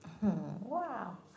Wow